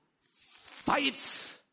fights